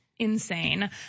Insane